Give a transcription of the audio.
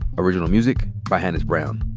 original music by hannis brown.